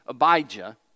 Abijah